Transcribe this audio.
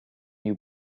you